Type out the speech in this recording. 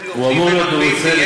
הוא אמור להיות מרוצה,